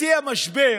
בשיא המשבר